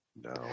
No